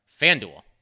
FanDuel